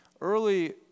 Early